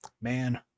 man